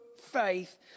faith